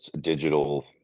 digital